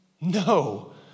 No